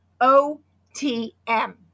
O-T-M